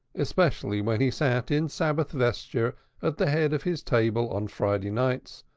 especially when he sat in sabbath vesture at the head of his table on friday nights,